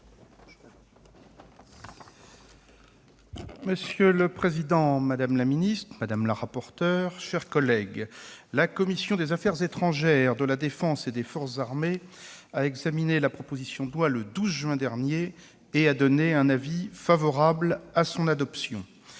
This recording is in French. Monsieur le président, madame la secrétaire d'État, madame le rapporteur mes chers collègues, la commission des affaires étrangères, de la défense et des forces armées a examiné la proposition de loi le 12 juin dernier et donné un avis favorable à son adoption.